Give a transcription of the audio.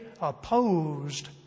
opposed